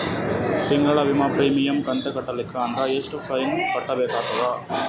ತಿಂಗಳ ವಿಮಾ ಪ್ರೀಮಿಯಂ ಕಂತ ಕಟ್ಟಲಿಲ್ಲ ಅಂದ್ರ ಎಷ್ಟ ಫೈನ ಕಟ್ಟಬೇಕಾಗತದ?